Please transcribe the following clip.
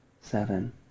seven